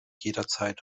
jederzeit